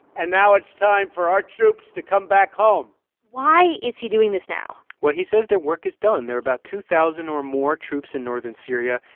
and now it's time for our troops to come back home why is he doing this now? well, he says their work is done. there are about two thousand or more troops in northern syria.